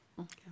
Okay